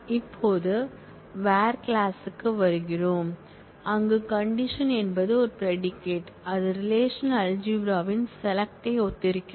இப்போது where clause க்கு வருகிறோம் அங்கு கண்டிஷன் என்பது ஒரு ப்ரெடிகேட் இது ரெலேஷனல்அல்ஜிப்ரா ன் செலக்ட் க்கு ஒத்திருக்கிறது